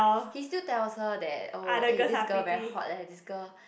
he still tells her that oh eh this girl very hot leh this girl